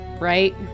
Right